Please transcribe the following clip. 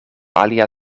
alia